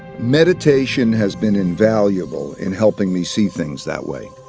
meditation has been invaluable in helping me see things that way.